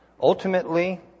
Ultimately